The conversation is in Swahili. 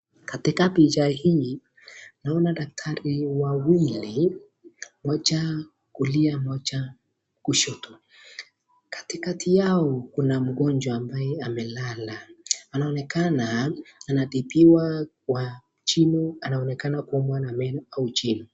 Katika picha hii naona daktari wawili moja kullia moja kushoto katikati Yao Kuna mgonjwa ambaye amelala anaonekana anatibiwa Kwa chini kuwa ahuwa na meno au jino.